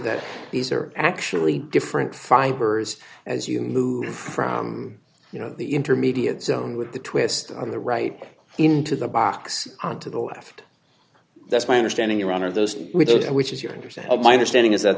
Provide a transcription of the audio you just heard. that these are actually different fibers as you move from you know the intermediate zone with the twist on the right into the box on to the left that's my understanding your honor those with which is your understand my understanding is that